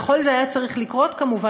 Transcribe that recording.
וכל זה היה צריך לקרות כמובן,